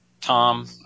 Tom